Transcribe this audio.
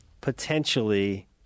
potentially